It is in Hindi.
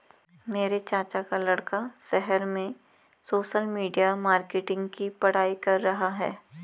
मेरे चाचा का लड़का शहर में सोशल मीडिया मार्केटिंग की पढ़ाई कर रहा है